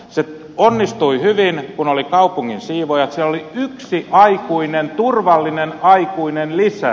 se onnistui hyvin kun oli kaupungin siivoojat siellä oli yksi aikuinen turvallinen aikuinen lisää